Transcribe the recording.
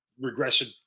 regressive